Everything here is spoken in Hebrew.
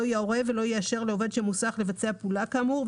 לא יורה ולא יאשר לעובד של מוסך לבצע פעולה כאמור,